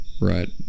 right